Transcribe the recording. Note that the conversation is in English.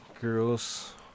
girls